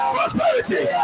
Prosperity